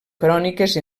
cròniques